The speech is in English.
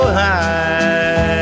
high